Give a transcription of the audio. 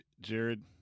Jared